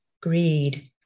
greed